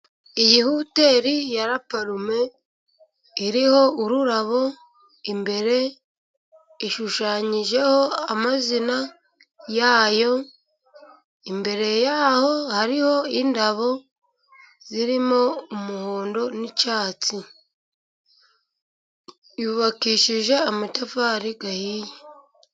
Iyi hoteri ya La Palme, iriho ururabo imbere, ishushanyijeho amazina yayo, imbere yaho hariho indabo zirimo umuhondo n'icyatsi. Yubakishije amatafari ahiye.